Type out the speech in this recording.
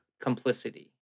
complicity